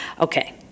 Okay